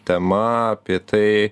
tema apie tai